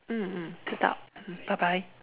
mm bye bye mm bye bye